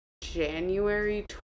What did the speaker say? january